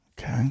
Okay